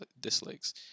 dislikes